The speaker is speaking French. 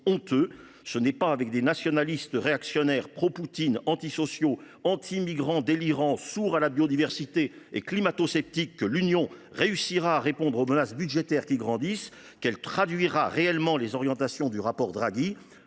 Ce n’est pas avec des nationalistes réactionnaires, pro Pouline, antisociaux, anti migrants délirants, sourds à la biodiversité et climatosceptiques que l’Union répondra aux menaces budgétaires grandissantes ni qu’elle traduira concrètement les orientations du rapport Draghi